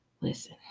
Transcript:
Listen